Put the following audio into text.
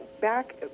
back